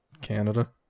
Canada